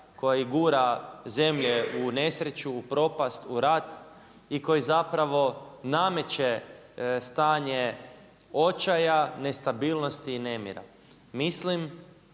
koji gura zemlje u nesreću u propisat u rat i koji zapravo nameće stanje očaja, nestabilnosti i nemira. Mislim